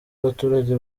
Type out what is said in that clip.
abaturage